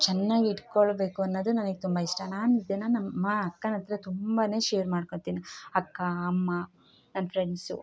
ಚೆನ್ನಾಗ್ ಇಟ್ಕೊಳ್ಬೇಕು ಅನ್ನೋದು ನನಗ್ ತುಂಬ ಇಷ್ಟ ನಾನು ದಿನ ನಮ್ಮ ಅಕ್ಕನಹತ್ರ ತುಂಬಾ ಶೇರ್ ಮಾಡ್ಕೊಳ್ತೀನಿ ಅಕ್ಕ ಅಮ್ಮ ನನ್ನ ಫ್ರೆಂಡ್ಸು